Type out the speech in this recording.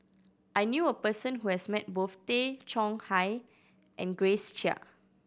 I knew a person who has met both Tay Chong Hai and Grace Chia